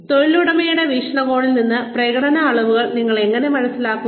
തൊഴിലുടമയുടെ വീക്ഷണകോണിൽ നിന്ന് പ്രകടന അളവുകൾ നിങ്ങൾ എങ്ങനെ തിരിച്ചറിയും